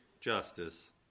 justice